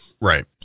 right